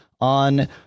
on